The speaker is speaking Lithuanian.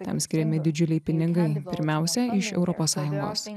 tam skiriami didžiuliai pinigai pirmiausia iš europos sąjungos